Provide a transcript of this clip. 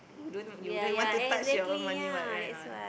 wouldn't you wouldn't want to touch your own money what right a not